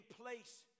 place